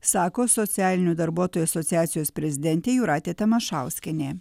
sako socialinių darbuotojų asociacijos prezidentė jūratė tamašauskienė